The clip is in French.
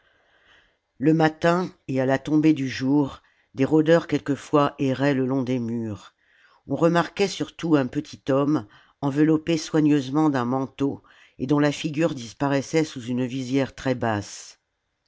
le matin et h la tombée du jour des rôdeurs quelquefois erraient le long des murs on remarquait surtout un petit homme enveloppé soigneusement d'un manteau et dont la figure disparaissait sous une visière très basse